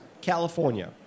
California